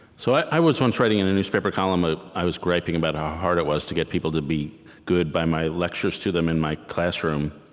so i was once writing in a newspaper column. ah i was griping about how hard it was to get people to be good by my lectures to them in my classroom,